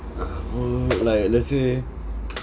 like let's say